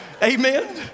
amen